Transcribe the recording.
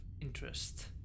interest